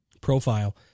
profile